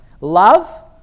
love